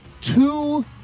two